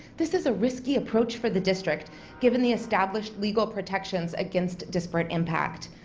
this is a risky approach for the district given the established legal protections against disparate impact.